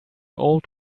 old